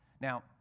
Now